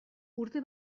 urte